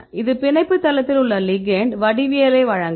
இது பிணைப்பு தளத்தில் உள்ள லிகெெண்ட் வடிவவியலை வழங்கும்